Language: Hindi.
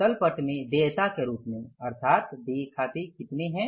तल पट में देयता के रूप में अर्थात देय खाते कितने हैं